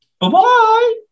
Bye-bye